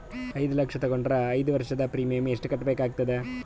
ಐದು ಲಕ್ಷ ತಗೊಂಡರ ಐದು ವರ್ಷದ ಪ್ರೀಮಿಯಂ ಎಷ್ಟು ಕಟ್ಟಬೇಕಾಗತದ?